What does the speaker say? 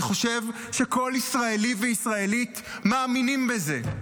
אני חושב שכל ישראלי וישראלית מאמינים בזה.